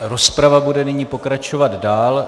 Rozprava bude nyní pokračovat dál.